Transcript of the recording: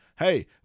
Hey